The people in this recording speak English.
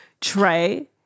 Trey